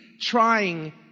trying